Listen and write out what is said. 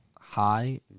high